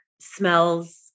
smells